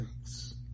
thanks